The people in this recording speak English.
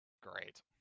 Great